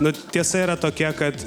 nu tiesa yra tokia kad